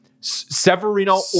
Severino